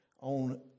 on